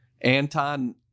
Anton